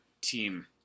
team